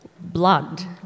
blood